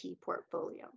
portfolio